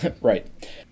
right